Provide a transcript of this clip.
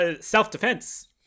self-defense